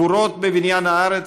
גבורות בבניין הארץ,